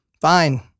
Fine